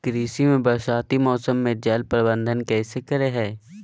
कृषि में बरसाती मौसम में जल प्रबंधन कैसे करे हैय?